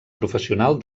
professional